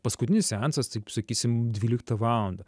paskutinis seansas taip sakysim dvyliktą valandą